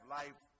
life